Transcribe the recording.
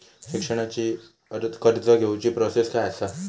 शिक्षणाची कर्ज घेऊची प्रोसेस काय असा?